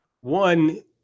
one